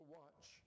watch